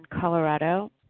Colorado